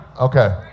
Okay